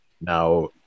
Now